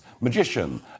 magician